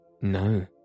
No